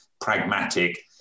pragmatic